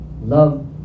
Love